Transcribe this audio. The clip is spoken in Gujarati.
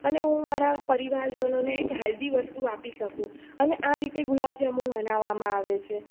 અને હું મારા પરિવારજનોને એક હેલ્ધી વસ્તુ આપી શકું અને આ રીતે ગુલાબ જાંબુ બનાવવામાં આવે છે